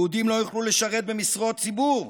יהודים לא יוכלו לשרת במשרות ציבור,